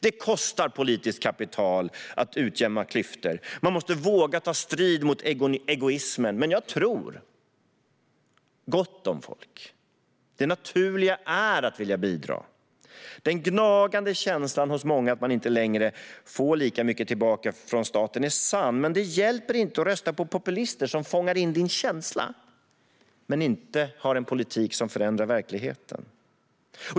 Det kostar politiskt kapital att utjämna klyftor. Man måste våga ta strid mot egoismen, men jag tror gott om folk. Det naturliga är att vilja bidra. Den gnagande känslan hos många av att man inte längre får lika mycket tillbaka från staten är sann, men det hjälper inte att rösta på populister som fångar in din känsla men inte har en politik som förändrar verkligheten.